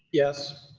yes.